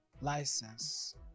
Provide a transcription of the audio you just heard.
license